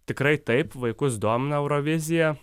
tikrai taip vaikus domina eurovizija